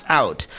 out